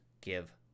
give